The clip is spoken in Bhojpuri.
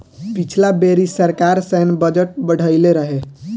पिछला बेरी सरकार सैन्य बजट बढ़इले रहे